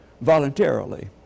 voluntarily